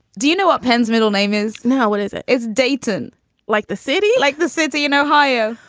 do you know what penn's middle name is? now what is it? it's deighton like the city. like the city in ohio.